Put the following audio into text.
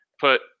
put